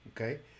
Okay